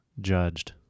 judged